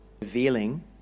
revealing